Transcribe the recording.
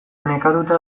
nekatuta